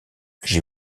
j’ai